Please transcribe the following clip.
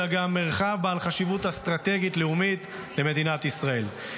אלא גם מרחב בעל חשיבות אסטרטגית לאומית למדינת ישראל,